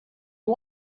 you